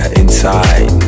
inside